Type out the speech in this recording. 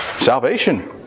salvation